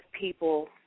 people